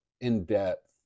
in-depth